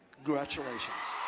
congratulations.